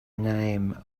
name